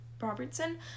Robertson